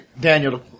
Daniel